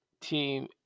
team